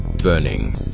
burning